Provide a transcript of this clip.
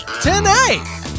Tonight